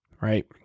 right